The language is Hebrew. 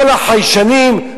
כל החיישנים,